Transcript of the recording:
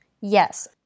Yes